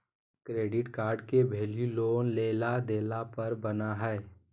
credit card के value loan लेला देला पर बना हइ